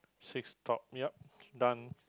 six top yup done